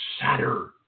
shatter